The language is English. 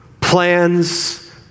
plans